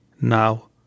now